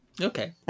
okay